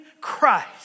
Christ